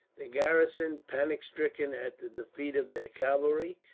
the garrison, panic stricken at the defeat of their cavalry,